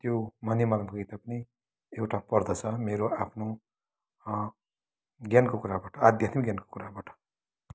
त्यो मनिमहलमको किताब पनि एउटा पर्दछ मेरो आफ्नो ज्ञानको कुराबाट आध्यात्मिक ज्ञानको कुराबाट